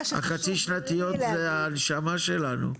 מה אני אעשה, החצי שנתיות זה הנשמה שלנו.